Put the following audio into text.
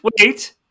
Wait